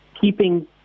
keeping